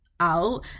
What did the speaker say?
out